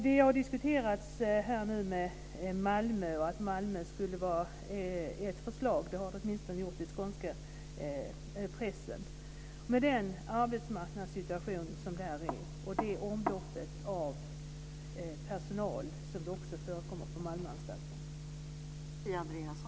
Det har diskuterats att Malmö skulle vara ett förslag - det har åtminstone stått i den skånska pressen - med den arbetsmarknadssituation som där är och det omloppet av personal som också förekommer på